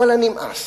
ואללה, נמאס.